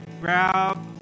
Grab